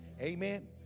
Amen